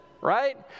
right